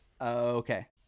okay